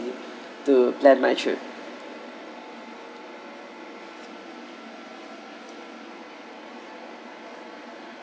to plan my trip